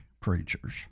preachers